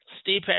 Steve